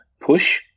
push